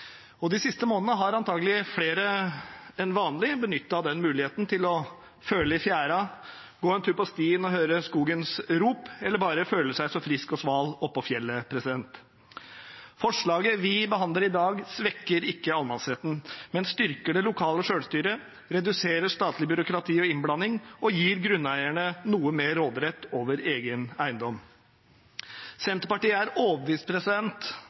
De siste månedene har antakelig flere enn vanlig benyttet muligheten til å føle i fjæra, gå en tur på stien og høre skogens ro, eller bare føle seg frisk og sval oppå fjellet. Forslaget vi behandler i dag, svekker ikke allemannsretten, men styrker det lokale selvstyret, reduserer statlig byråkrati og innblanding og gir grunneierne noe mer råderett over egen eiendom. Senterpartiet er overbevist